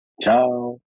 Ciao